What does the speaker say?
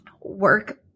work